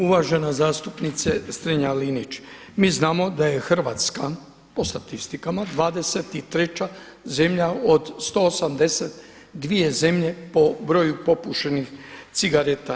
Uvažena zastupnice STrenja-Linić, mi znamo da je Hrvatska po statistikama 23. zemlja od 182 zemlje po broju popušenih cigareta.